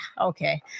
Okay